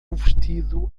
vestido